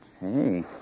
Hey